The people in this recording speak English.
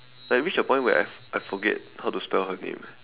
like I reach a point where I I forget how to spell her name